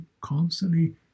constantly